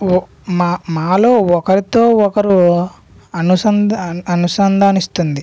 ఓ మా మాలో ఒకరితో ఒకరు అనుసంధా అనుసంధాన్ని ఇస్తుంది